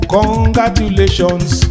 Congratulations